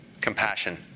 compassion